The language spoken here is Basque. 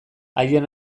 haien